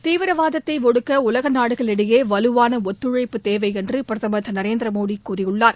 தீவிரவாதத்தை ஒடுக்க உலக நாடுகள் இடையே வலுவாள ஒத்துழைப்பு தேவை என்று பிரதமா் திரு நரேந்திர மோடி கூறியுள்ளார்